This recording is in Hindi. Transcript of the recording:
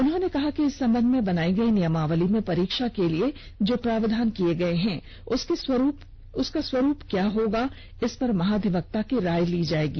उन्होने कहा कि इस संबंध में बनायी गयी नियमावली में परीक्षा के लिए जो प्रावधान किया गया है उसके स्वरूप क्या होगा इस पर महा अधिवकता की राय ली जायेगी